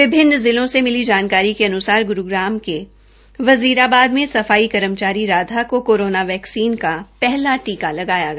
विभिन्न जिलों से मिली जानकारी के अनुसार गुरूग्रम के वजीराबाद में सफाई कर्मचारी राधा को कोरोना वैक्सीन का पहला टीका लगाया गया